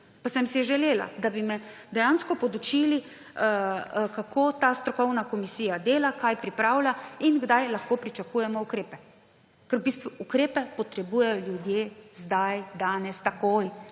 pa sem si želela, da bi me dejansko podučili, kako ta strokovna komisija dela, kaj pripravlja in kdaj lahko pričakujemo ukrepe, ker v bistvu ukrepe potrebujejo ljudje zdaj, danes, takoj.